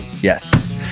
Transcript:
Yes